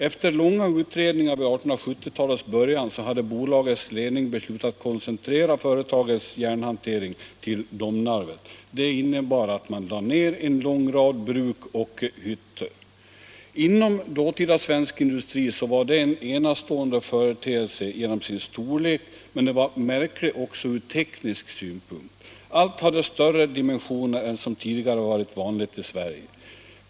Efter långa utredningar vid 1870-talets början hade bolagets ledning beslutat att koncentrera företagets järnhantering till Domnarvet. Det innebar att man lade ner en lång rad bruk och hyttor. Inom dåtida svensk industri var järnverket en enastående företeelse genom sin storlek, men det var märkligt också ur teknisk synpunkt. Allt hade större dimensioner än som tidigare varit vanligt i Sverige.